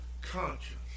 conscience